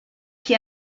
qui